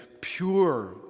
pure